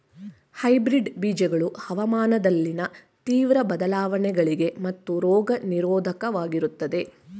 hybrid ಬೀಜಗಳು ಹವಾಮಾನದಲ್ಲಿನ ತೀವ್ರ ಬದಲಾವಣೆಗಳಿಗೆ ಮತ್ತು ರೋಗ ನಿರೋಧಕವಾಗಿರುತ್ತವೆ